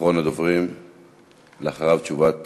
אחרון הדוברים, ואחריו, תשובת